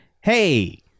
hey